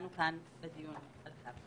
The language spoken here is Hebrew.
אנחנו ננסה להגיע ליותר.